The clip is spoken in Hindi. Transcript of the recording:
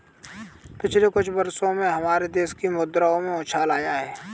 पिछले कुछ वर्षों में हमारे देश की मुद्रा में उछाल आया है